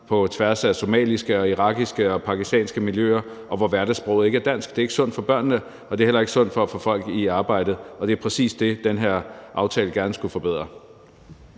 på tværs af somaliske, irakiske og pakistanske miljøer, og hvor hverdagssproget ikke er dansk. Det er ikke sundt for børnene, og det er heller ikke sundt for at få folk i arbejde, og det er præcis det, den her aftale gerne skulle forbedre.